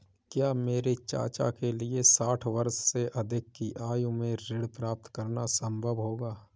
क्या मेरे चाचा के लिए साठ वर्ष से अधिक की आयु में ऋण प्राप्त करना संभव होगा?